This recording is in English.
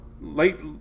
late